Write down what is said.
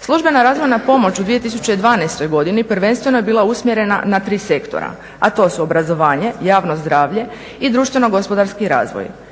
Službena razvojna pomoć u 2012. godini prvenstveno je bila usmjerena na tri sektora, a to su obrazovanje, javno zdravlje i društveno gospodarski razvoj.